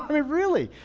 i mean, really,